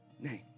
Name